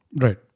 Right